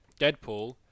Deadpool